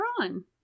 on